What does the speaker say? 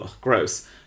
gross